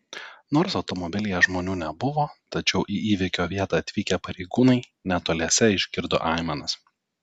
nors automobilyje žmonių nebuvo tačiau į įvykio vietą atvykę pareigūnai netoliese išgirdo aimanas